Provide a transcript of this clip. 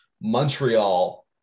Montreal-